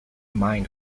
mind